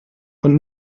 und